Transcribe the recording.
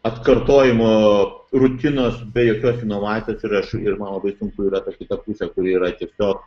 atkartojimo rutinos be jokios inovacijos ir aš ir man labai sunku yra ta kita pusė kuri yra tiesiog